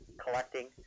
collecting